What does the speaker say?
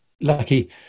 lucky